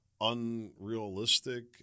unrealistic